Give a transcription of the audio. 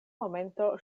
momento